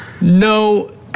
no